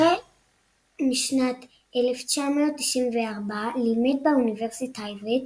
החל משנת 1994 לימד באוניברסיטה העברית,